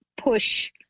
push